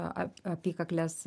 a a apykaklės